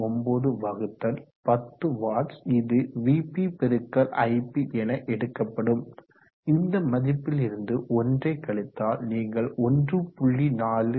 39 வகுத்தல் 10 வாட்ஸ் இது vp×ip என எடுக்கப்படும் இந்த மதிப்பில் இருந்து ஒன்றை கழித்தால் நீங்கள் 1